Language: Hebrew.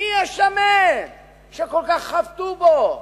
מי השמן שכל כך חבטו בו?